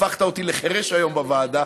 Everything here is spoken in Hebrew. הפכת אותי לחירש היום בוועדה,